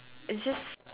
it's just